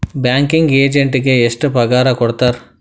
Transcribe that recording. Banking ಎಜೆಂಟಿಗೆ ಎಷ್ಟ್ ಪಗಾರ್ ಕೊಡ್ತಾರ್?